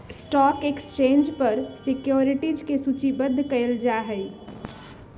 stock exchange पर securities के सूचीबद्ध कयल जाहइ